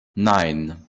nein